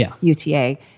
UTA